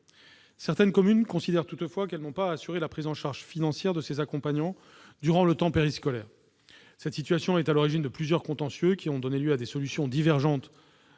Certaines communes considèrent toutefois qu'elles n'ont pas à assurer la prise en charge financière de ces accompagnants durant le temps périscolaire. Cette situation est à l'origine de plusieurs contentieux, qui ont donné lieu à des solutions divergentes